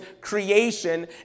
creation